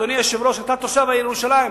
אדוני היושב-ראש, אתה תושב ירושלים.